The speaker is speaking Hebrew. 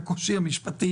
זה היה קצת קשה,